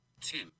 Tim